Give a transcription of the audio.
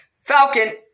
Falcon